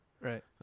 Right